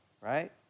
right